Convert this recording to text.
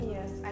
Yes